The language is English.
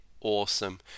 awesome